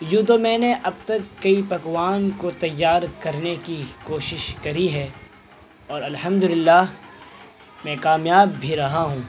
یوں تو میں نے اب تک کئی پکوان کو تیار کرنے کی کوشش کری ہے اور الحمد للہ میں کامیاب بھی رہا ہوں